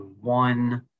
one